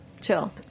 chill